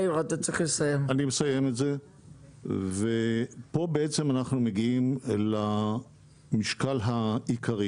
פה בעצם אנחנו מגיעים למשקל העיקרי